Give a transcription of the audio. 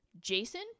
Jason